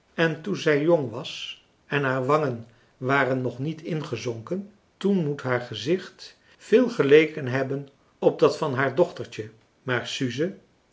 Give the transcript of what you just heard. en toen zij jong was en haar wangen waren nog niet ingezonken toen moet haar gezicht veel geleken hebben op dat van haar dochtertje maar suze